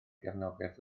gefnogaeth